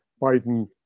Biden